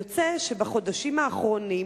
יוצא שבחודשים האחרונים